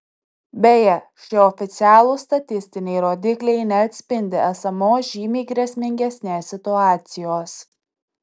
beje šie oficialūs statistiniai rodikliai neatspindi esamos žymiai grėsmingesnės situacijos